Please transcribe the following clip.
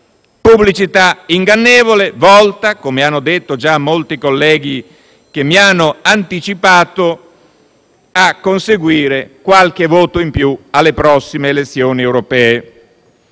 Pubblicità ingannevole volta, come hanno già detto molti colleghi che mi hanno anticipato, a conseguire qualche voto in più alle prossime elezioni europee.